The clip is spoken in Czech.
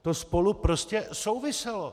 To spolu prostě souviselo.